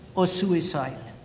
or suicide.